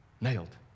nailed